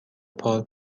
پارک